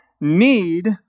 need